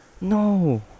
No